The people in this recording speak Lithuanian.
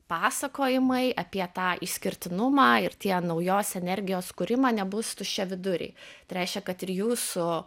pasakojimai apie tą išskirtinumą ir tie naujos energijos kūrimą nebus tuščiaviduriai tai reiškia kad ir jūsų